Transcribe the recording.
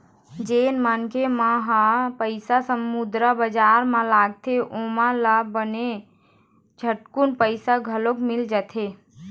जेन मनखे मन ह पइसा मुद्रा बजार म लगाथे ओमन ल बने झटकून पइसा घलोक मिल जाथे